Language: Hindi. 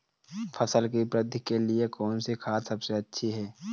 फसल की वृद्धि के लिए कौनसी खाद सबसे अच्छी है?